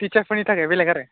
टिचारफोरनि थाखाय बेलेग आरो